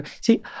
See